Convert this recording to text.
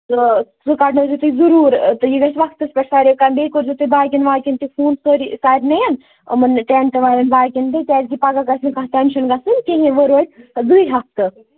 تہٕ سُہ کَڈنٲۍزیٚو تُہۍ ضروٗر تہٕ یہِ گژھِ وقتَس پیٚٹھ ساریٚے کامہِ بیٚیہِ کٔرۍزیو تُہۍ باقین واقین تہِ فون سٲرِی سارِنٕے یِمَن ٹینٛٹ والین باقین تہِ کیٛازِ کہِ پَگاہ گژھِ نہٕ کانٛہہ ٹینٛشن گژھُن کِہیٖنٛۍ وۅنۍ روٗد زٕے ہَفتہٕ